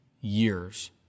years